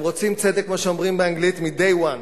הם רוצים צדק, כמו שאומרים באנגלית מ-day one.